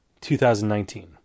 2019